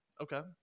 okay